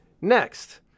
next